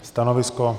Stanovisko?